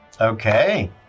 Okay